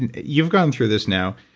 and you've gone through this now.